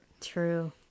True